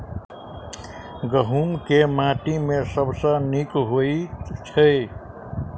गहूम केँ माटि मे सबसँ नीक होइत छै?